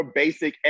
basic